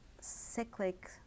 cyclic